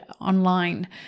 online